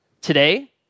Today